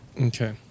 Okay